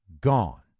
gone